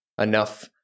enough